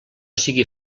sigui